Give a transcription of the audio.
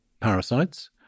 parasites